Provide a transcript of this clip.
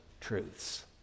truths